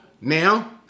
now